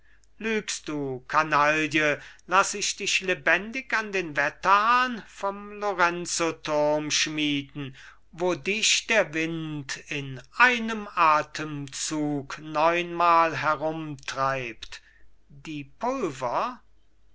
lügst du kanaille laß ich dich lebendig an den wetterhahn vom lorenzoturm schmieden wo dich der wind in einem atemzug neunmal herumtreibt die pulver